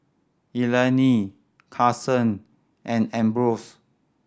Elayne Karson and Ambrose